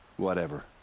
whatever.